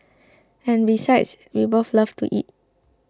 and besides we both love to eat